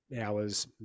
hours